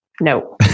no